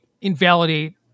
invalidate